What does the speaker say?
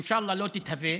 שאינשאללה לא תתהווה